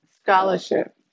Scholarship